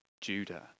Judah